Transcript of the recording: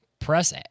Press